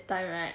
time right